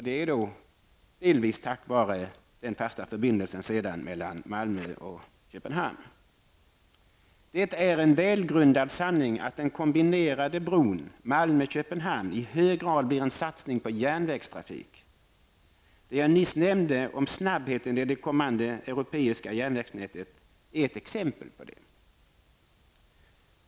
Det är då delvis tack vare den fasta förbindelsen mellan Det är en välgrundad sanning att den kombinerade bron Malmö--Köpenhamn i hög grad blir en satsning på järnvägstrafik -- det jag nyss nämnde om snabbheten i det kommande europeiska järnvägsnätet är ett exempel på det.